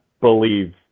believe